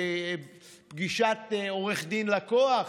פגישת עורך דין-לקוח,